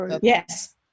Yes